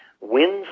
Wins